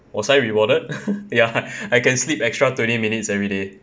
was I rewarded ya I can sleep extra twenty minutes every day